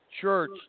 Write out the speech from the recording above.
church